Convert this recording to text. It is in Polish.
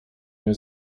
nie